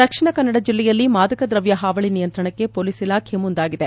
ದಕ್ಷಿಣ ಕನ್ನಡ ಜಿಲ್ಲೆಯಲ್ಲಿ ಮಾದಕ ದ್ರವ್ಯ ಹಾವಳಿ ನಿಯಂತ್ರಣಕ್ಕೆ ಪೊಲೀಸ್ ಇಲಾಖೆ ಮುಂದಾಗಿದೆ